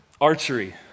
archery